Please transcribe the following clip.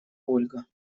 ольга